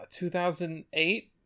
2008